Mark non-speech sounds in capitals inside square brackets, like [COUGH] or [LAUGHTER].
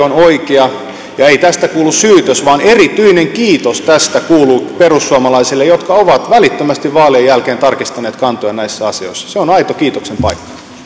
[UNINTELLIGIBLE] on oikea ja ei tästä kuulu syytös vaan erityinen kiitos perussuomalaisille jotka ovat välittömästi vaalien jälkeen tarkistaneet kantojaan näissä asioissa se on aito kiitoksen